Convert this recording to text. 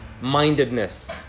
mindedness